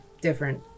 different